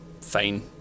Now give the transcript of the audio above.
fine